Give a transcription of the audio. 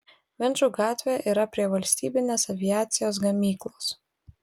vinčų gatvė yra prie valstybinės aviacijos gamyklos